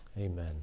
Amen